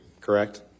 correct